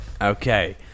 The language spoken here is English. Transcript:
Okay